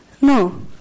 No